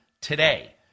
today